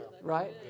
right